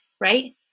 right